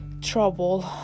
trouble